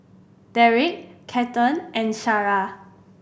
Darrick Kathern and Shara